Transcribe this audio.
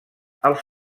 als